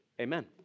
amen